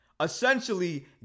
Essentially